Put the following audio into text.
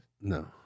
No